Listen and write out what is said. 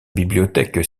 bibliothèque